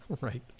Right